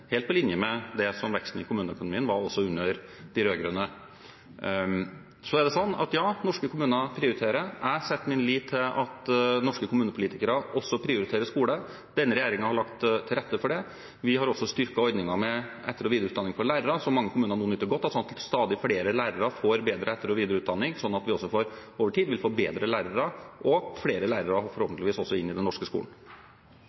helt på linje med det som veksten i kommuneøkonomien var under de rød-grønne. Så er det sånn at norske kommuner prioriterer. Jeg setter min lit til at norske kommunepolitikere også prioriterer skole. Denne regjeringen har lagt til rette for det. Vi har også styrket ordningen med etter- og videreutdanning for lærere, som mange kommuner nå nyter godt av, sånn at stadig flere lærere får bedre etter- og videreutdanning slik at vi over tid vil få bedre lærere og forhåpentligvis også flere lærere